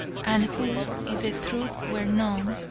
and who, if the truth were known,